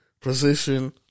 position